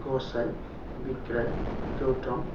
गसाय बिग्राय गौतम